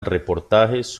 reportajes